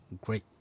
Great